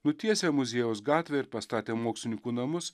nutiesę muziejaus gatvę ir pastatę mokslininkų namus